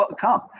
come